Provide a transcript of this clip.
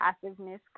passiveness